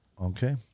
Okay